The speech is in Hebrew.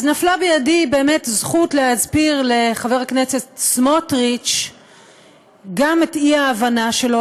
אז נפלה בידי באמת זכות להסביר לחבר הכנסת סמוטריץ גם את האי-הבנה שלו,